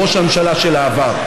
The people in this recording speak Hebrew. הוא ראש הממשלה של העבר.